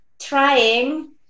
trying